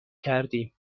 کردیم